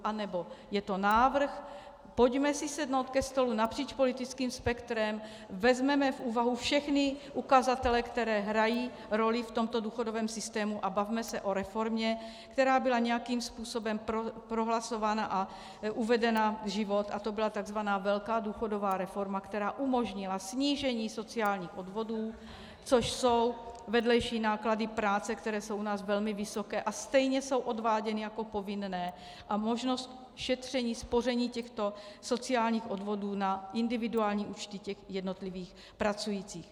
Anebo je to návrh pojďme si sednout ke stolu napříč politickým spektrem, vezměme v úvahu všechny ukazatele, které hrají roli v tomto důchodovém systému, a bavme se o reformě, která byla nějakým způsobem prohlasována a uvedena v život, a to byla takzvaná velká důchodová reforma, která umožnila snížení sociálních odvodů, což jsou vedlejší náklady práce, které jsou u nás velmi vysoké, a stejně jsou odváděny jako povinné, a možnost šetření, spoření těchto sociálních odvodů na individuální účty jednotlivých pracujících.